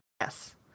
Yes